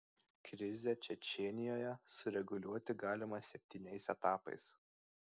krizę čečėnijoje sureguliuoti galima septyniais etapais